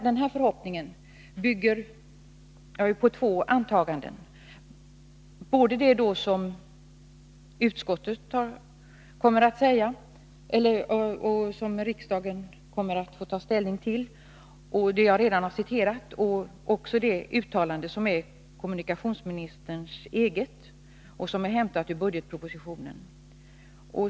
Dessa förhoppningar bygger på två uttalanden, nämligen dels det som utskottet säger och riksdagen kommer att ta ställning till, dels kommunikationsministerns eget uttalande som är hämtat ur budgetpropositionen.